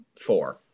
four